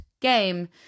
game